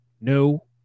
no